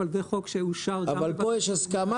אבל פה זה חוק שאושר --- אבל פה יש הסכמה,